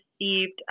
received